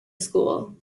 school